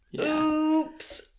Oops